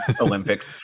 Olympics